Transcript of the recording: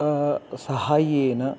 सहाय्येन